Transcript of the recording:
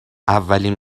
اولین